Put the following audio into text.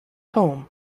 home